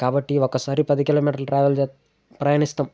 కాబట్టి ఒకసారి పది కిలోమీటర్లు ట్రావెల్ చే ప్రయాణిస్తాం